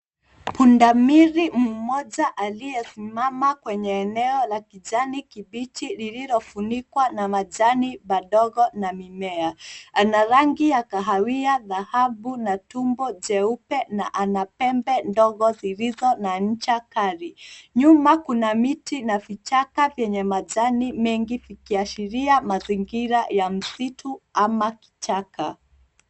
Pundamili mmoja aliyesimama kwenye eneo la kijani kibichi lililofunikwa na majani madogo na mimea. Ana rangi ya kahawia, dhahabu na tumbo jeupe na ana pembe ndogo zilizo na ncha kali. Nyuma kuna miti na vichaka vyenye majani mengi vikiashiria mazingira ya msitu ama kichaka.